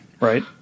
right